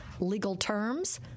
legalterms